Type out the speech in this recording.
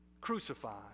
crucified